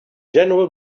general